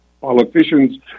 politicians